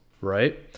right